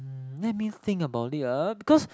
hmm let me think about it ah because